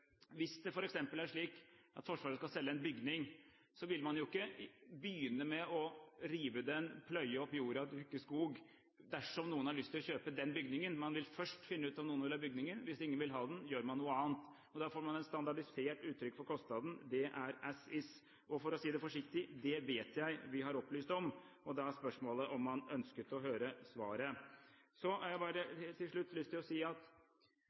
Hvis det f.eks. er slik at Forsvaret skal selge en bygning, vil man ikke begynne med å rive den, pløye opp jorda og dyrke skog dersom noen har lyst til å kjøpe den bygningen. Man vil først finne ut om noen vil ha bygningen. Hvis ingen vil ha den, gjør man noe annet. Da får man et standardisert uttrykk for kostnaden. Det er «as is». For å si det forsiktig: Det vet jeg vi har opplyst om. Da er spørsmålet om man ønsket å høre svaret. Så har jeg til slutt lyst til å si at